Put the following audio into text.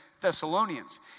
Thessalonians